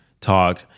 Talk